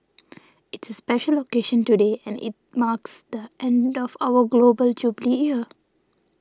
it's a special occasion today and it marks the end of our Global Jubilee year